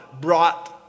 brought